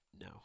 no